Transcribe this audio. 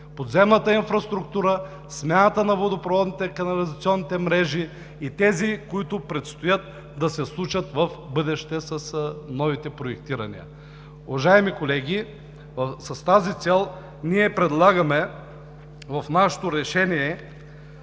подземната инфраструктура, смяната на водопроводните и на канализационните мрежи и тези, които предстоят да се случат в бъдеще, с новите проектирания. Уважаеми колеги, „Движението за права и